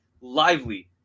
lively